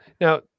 Now